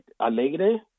¿Alegre